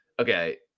okay